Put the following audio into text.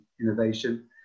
innovation